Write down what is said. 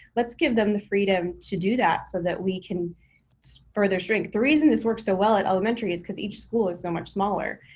let's give them the freedom to do that so that we can further shrink. the reason this works so well at elementary is because each school is so much smaller.